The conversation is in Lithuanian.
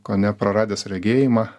kone praradęs regėjimą